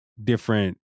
Different